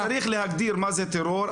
אתה צריך להגדיר מה זה טרור.